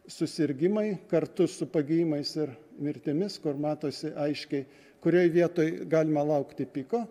susirgimai kartu su pagyjimais ir mirtimis kur matosi aiškiai kurioj vietoj galima laukti piko